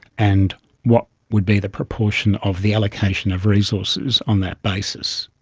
and what would be the proportion of the allocation of resources on that basis?